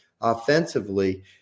Offensively